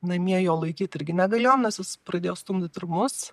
namie jo laikyt irgi negalėjom nes jis pradėjo stumdyt ir mus